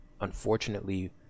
unfortunately